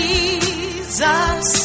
Jesus